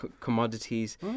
commodities